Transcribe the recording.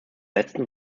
letzten